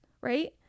right